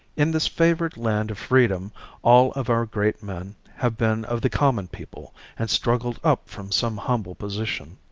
in this favored land of freedom all of our great men have been of the common people and struggled up from some humble position.